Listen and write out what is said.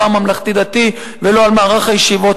לא על הממלכתי-דתי ולא על מערך הישיבות,